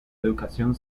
educación